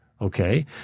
Okay